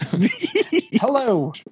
Hello